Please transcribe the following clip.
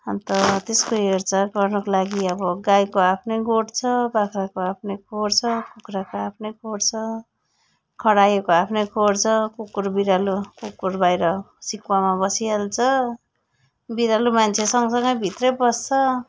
अन्त त्यसको हेरचाह गर्नुको लागि अब गाईको आफ्नै गोठ छ बाख्राको आफ्नै खोर छ कुख्राको आफ्नै खोर छ खरायोको आफ्नै खोर छ कुकुर बिरालो कुकुर बाहिर सिकुवामा बसिहाल्छ बिरालु मान्छेसँगसँगै भित्रै बस्छ